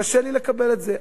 קשה לי לקבל את זה.